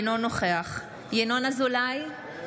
אינו נוכח ינון אזולאי,